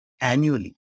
annually